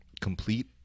complete